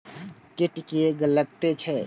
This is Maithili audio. कीट किये लगैत छै?